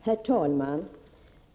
Herr talman!